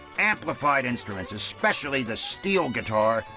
amplified instruments, especially the steel guitar,